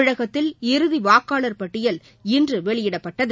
தமிழகத்தில் இறுதி வாக்காளர் பட்டியல் இன்று வெளியிடப்பட்டது